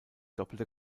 doppelte